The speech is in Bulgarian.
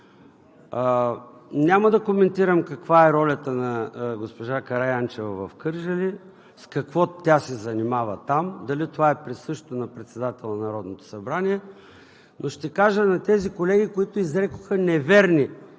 Няма да коментирам каква е ролята на госпожа Караянчева в Кърджали, с какво се занимава там и дали това е присъщо на председателя на Народното събрание. Но ще кажа на тези колеги, които изрекоха неверни